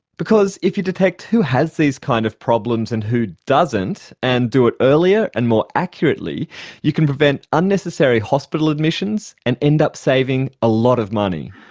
because if you detect who has these kind of problems and who doesn't and do it earlier and more accurately you can prevent unnecessary hospital admissions and end up saving a lot of money.